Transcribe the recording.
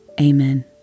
Amen